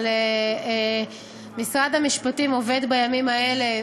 אבל משרד המשפטים עובד בימים האלה,